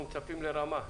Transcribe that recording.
אנחנו מצפים לרמה.